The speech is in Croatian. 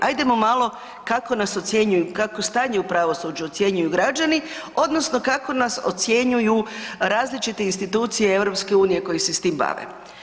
Hajdemo malo kako nas ocjenjuju, kako stanje u pravosuđu ocjenjuju građani, odnosno kako nas ocjenjuju različite institucije EU koje se s time bave.